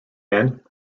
end